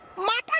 my